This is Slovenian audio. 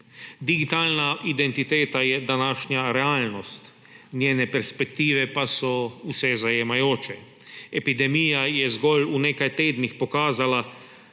Digitalna identiteta je današnja realnost, njene perspektive pa so vsezajemajoče. Epidemija je zgolj v nekaj tednih pokazala,